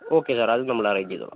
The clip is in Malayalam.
ഓക്കെ സാർ അതും നമ്മൾ അറേഞ്ച് ചെയ്തോളാം